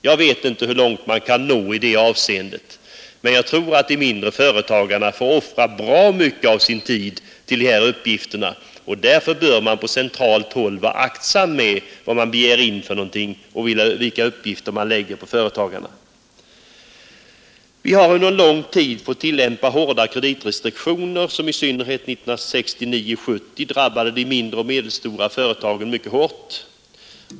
Jag vet inte hur långt man kan nå i det avseendet, men jag tror att de mindre företagarna nu får offra bra mycket av sin tid åt dessa uppgifter. Därför bör man på centralt håll vara aktsam med vad man begär in och vilka uppgifter man lägger på företagarna. Vi har under lång tid fått tillämpa hårda kreditrestriktioner, som i synnerhet åren 1969—1970 drabbade de mindre och medelstora företagen mycket hårt.